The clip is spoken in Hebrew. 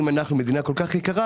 אם אנחנו מדינה כל כך יקרה,